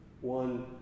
one